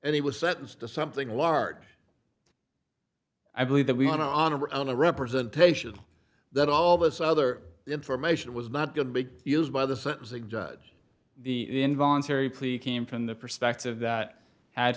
and he was sentenced to something large i believe that we want to honor on a representation that all this other information was not good big used by the sentencing judge the involuntary plea came from the perspective that ha